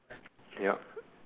yup